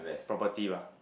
property lah